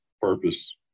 purpose